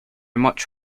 much